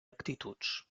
actituds